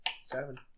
Seven